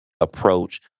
approach